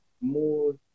more